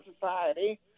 Society